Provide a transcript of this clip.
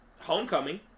Homecoming